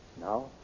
Now